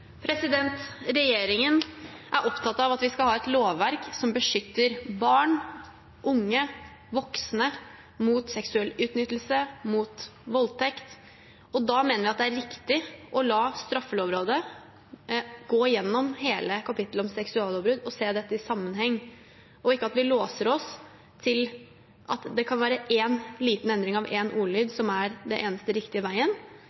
Regjeringen er opptatt av at vi skal ha et lovverk som beskytter barn, unge og voksne mot seksuell utnyttelse, mot voldtekt, og da mener jeg at det er riktig å la straffelovrådet gå gjennom hele kapitlet om seksuallovbrudd og se dette i sammenheng, og ikke at vi låser oss til at det kan være én liten endring av en ordlyd som er den eneste riktige veien.